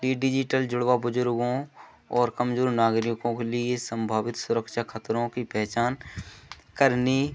T digital जुड़वा बुज़ुर्गों और कमज़ोर नागरिकों के लिए ये संभाबित सुरक्षा ख़तरों की पहचान करने